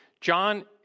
John